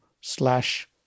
slash